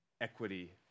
equity